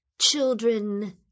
children